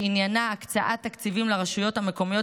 שעניינה הקצאת תקציבים לרשויות המקומיות